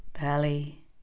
belly